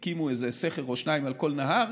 הם הקימו איזה סכר או שניים על כל נהר,